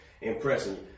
impressing